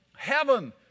Heaven